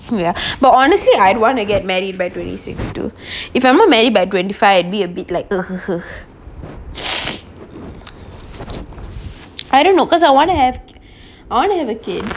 from there but honestly I'd wanna get married by twenty six too if i'm not married by twenty five i'd be a bit like I don't know because I want to have a kid